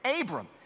Abram